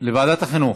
לוועדת החינוך.